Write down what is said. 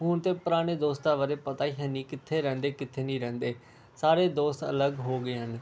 ਹੁਣ ਤਾਂ ਪੁਰਾਣੇ ਦੋਸਤਾਂ ਬਾਰੇ ਪਤਾ ਹੀ ਹੈ ਨਹੀਂ ਕਿੱਥੇ ਰਹਿੰਦੇ ਕਿੱਥੇ ਨਹੀਂ ਰਹਿੰਦੇ ਸਾਰੇ ਦੋਸਤ ਅਲੱਗ ਹੋ ਗਏ ਹਨ